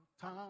time